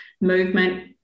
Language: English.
movement